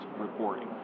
reporting